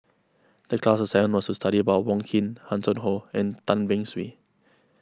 the class assignment was to study about Wong Keen Hanson Ho and Tan Beng Swee